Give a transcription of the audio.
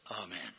Amen